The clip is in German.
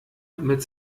mit